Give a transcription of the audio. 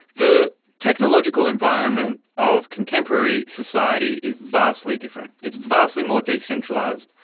the technological environment of contemporary society is vastly different, it's vastly more decentralised.